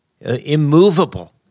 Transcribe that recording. Immovable